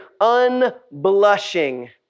unblushing